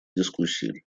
дискуссии